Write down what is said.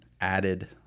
added